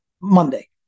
Monday